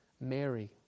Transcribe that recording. Mary